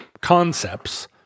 concepts